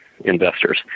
investors